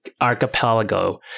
Archipelago